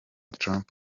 trump